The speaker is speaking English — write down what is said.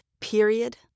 Period